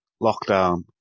lockdown